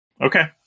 Okay